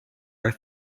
are